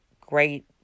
great